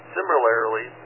Similarly